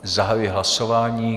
Zahajuji hlasování.